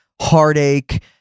heartache